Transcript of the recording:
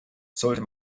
sollte